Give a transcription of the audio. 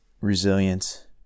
resilience